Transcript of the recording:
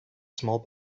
small